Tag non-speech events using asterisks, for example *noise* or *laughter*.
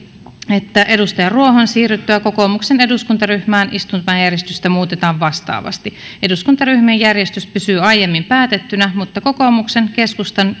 että edustaja ruohon siirryttyä kokoomuksen eduskuntaryhmään istumajärjestystä muutetaan vastaavasti eduskuntaryhmien järjestys pysyy aiemmin päätettynä mutta kokoomuksen keskustan *unintelligible*